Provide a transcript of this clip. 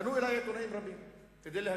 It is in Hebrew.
פנו אלי עיתונאים רבים כדי להגיב,